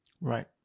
Right